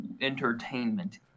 entertainment